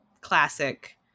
classic